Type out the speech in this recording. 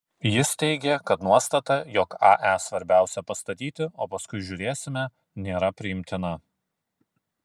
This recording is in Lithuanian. jis teigė kad nuostata jog ae svarbiausia pastatyti o paskui žiūrėsime nėra priimtina